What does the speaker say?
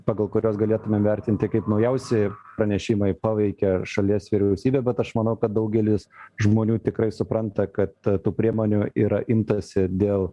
pagal kuriuos galėtumėm vertinti kaip naujausi pranešimai paveikė šalies vyriausybę bet aš manau kad daugelis žmonių tikrai supranta kad tų priemonių yra imtasi dėl